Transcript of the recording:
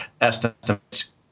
estimates